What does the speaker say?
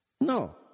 No